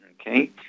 Okay